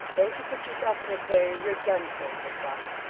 don't you put yourself in its way, or you're done for, my buck.